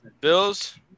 Bills